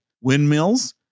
Windmills